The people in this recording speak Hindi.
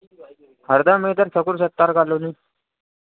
हरदा में इधर सकुर सत्तर कालोनी